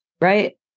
Right